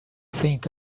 think